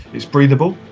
it's breathable,